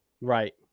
Right